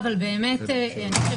אני חושב